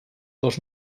dos